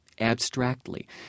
abstractly